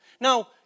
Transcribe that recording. Now